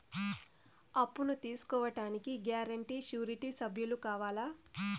అప్పును తీసుకోడానికి guarantee, surety సభ్యులు కావాలా?